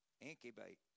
Incubate